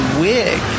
wig